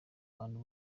bantu